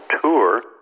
tour